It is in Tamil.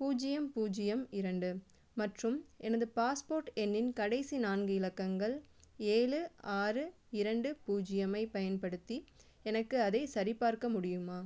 பூஜ்ஜியம் பூஜ்ஜியம் இரண்டு மற்றும் எனது பாஸ்போர்ட் எண்ணின் கடைசி நான்கு இலக்கங்கள் ஏழு ஆறு இரண்டு பூஜ்ஜியம் ஐப் பயன்படுத்தி எனக்கு அதைச் சரிபார்க்க முடியுமா